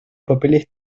papeles